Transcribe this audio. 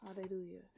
Hallelujah